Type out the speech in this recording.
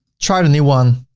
try the new one,